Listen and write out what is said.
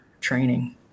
training